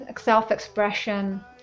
self-expression